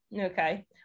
okay